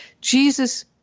Jesus